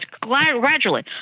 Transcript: gradually